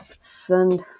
send